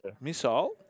Missile